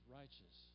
righteous